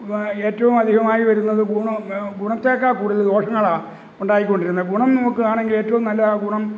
ഏറ്റവും അധികമായി വരുന്നത് ഗുണ ഗുണത്തേക്കാൾ കൂടുതൽ ദോഷങ്ങളാണ് ഉണ്ടായിക്കൊണ്ടിരുന്നത് ഗുണം നോക്കുകയാണെങ്കിൽ ഏറ്റവും നല്ല ഗുണം